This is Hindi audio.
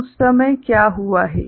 तो उस समय क्या हुआ है